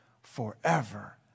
forever